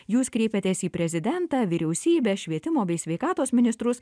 jūs kreipiatės į prezidentą vyriausybę švietimo bei sveikatos ministrus